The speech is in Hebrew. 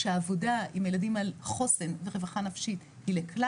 העבודה עם הילדים על חוסן ורווחה נפשית היא לכלל